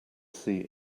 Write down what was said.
see